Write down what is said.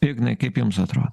ignai kaip jums atro